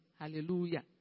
hallelujah